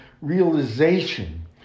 realization